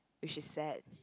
which is sad